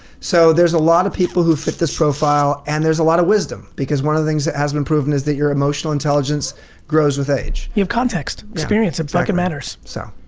so there's a lot of people who fit this profile and there's a lot of wisdom because one of the things that has been proven is that your emotional intelligence grows with age. you have context, experience in fukin' matters. so,